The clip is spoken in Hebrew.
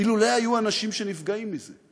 אילולא היו אנשים שנפגעים מזה: